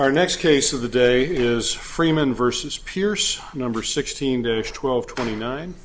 our next case of the day is freeman versus pierce number sixteen twelve twenty nine